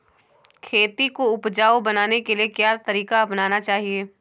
खेती को उपजाऊ बनाने के लिए क्या तरीका अपनाना चाहिए?